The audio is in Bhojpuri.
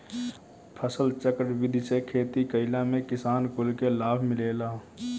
फसलचक्र विधि से खेती कईला में किसान कुल के लाभ मिलेला